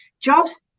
jobs